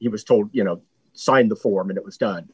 he was told you know signed the form it was done